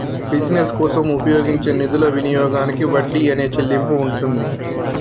business కోసం ఉపయోగించే నిధుల వినియోగానికి వడ్డీ అనే చెల్లింపు ఉంటుంది